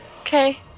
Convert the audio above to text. Okay